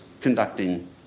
conducting